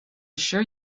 sure